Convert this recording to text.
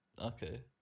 Okay